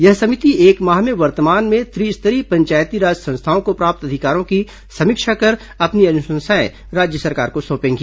यह समिति एक माह में वर्तमान में त्रिस्तरीय पंचायती राज संस्थाओं को प्राप्त अधिकारों की समीक्षा कर अपनी अनुशंसाएं राज्य सरकार को सौंपेगी